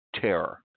terror